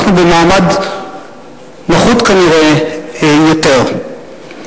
אנחנו במעמד נחות כנראה יותר.